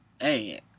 Hey